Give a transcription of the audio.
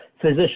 physician